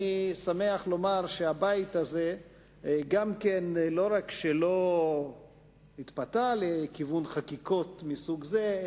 אני שמח לומר שהבית הזה לא רק שלא התפתה לכיוון חקיקות מסוג זה,